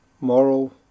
moral